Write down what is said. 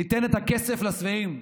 ניתן את הכסף לשבעים,